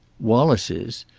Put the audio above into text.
wallace is.